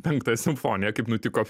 penktąją simfoniją kaip nutiko